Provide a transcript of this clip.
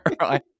right